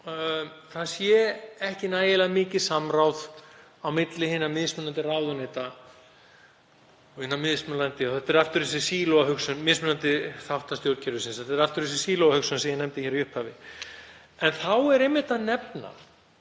það sé ekki nægilega mikið samráð á milli hinna mismunandi ráðuneyta og hinna mismunandi þátta stjórnkerfisins. Þarna er aftur þessi sílóahugsun sem ég nefndi í upphafi. En þá er einmitt að nefna